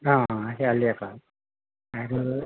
অঁ শেৱালিয়ে কয় আৰু